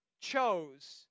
chose